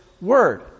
word